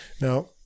Now